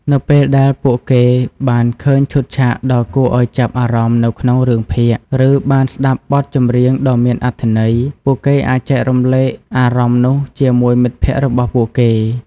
នៅពេលដែលពួកគេបានឃើញឈុតឆាកដ៏គួរឲ្យចាប់អារម្មណ៍នៅក្នុងរឿងភាគ ឬបានស្តាប់បទចម្រៀងដ៏មានអត្ថន័យ ពួកគេអាចចែករំលែកអារម្មណ៍នោះជាមួយមិត្តភក្តិរបស់ពួកគេ។